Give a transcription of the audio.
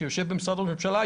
שיושב במשרד ראש הממשלה,